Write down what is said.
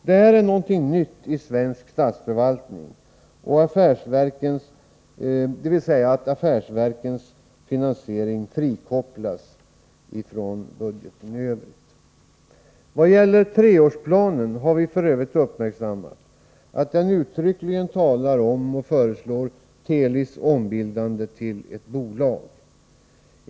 Det här är någonting nytt i svensk statsförvaltning, dvs. att affärsverkens finansiering frikopplas från budgeten i övrigt. Vad gäller treårsplanen har vi f. ö. uppmärksammat att den uttryckligen talar om och föreslår Telis ombildande till bolag.